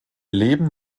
leben